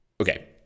Okay